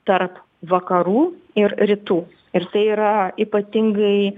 tarp vakarų ir rytų ir tai yra ypatingai